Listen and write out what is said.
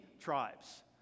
tribes